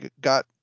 got